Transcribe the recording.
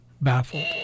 baffled